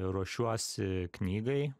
ruošiuosi knygai